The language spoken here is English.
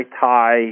tie